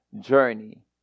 journey